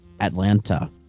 Atlanta